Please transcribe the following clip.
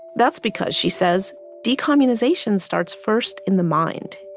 that's because she says, decommunization starts first in the mind